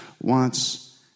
wants